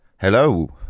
Hello